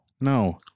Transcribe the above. no